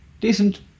decent